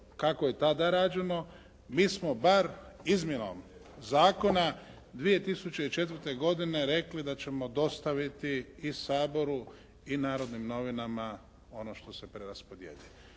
kako je tada rađeno, mi smo bar izmjenom zakona 2004. godine rekli da ćemo dostaviti i Saboru i "Narodnim novinama" ono što se preraspodjeljuje.